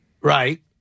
Right